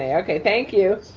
ah okay, thank you.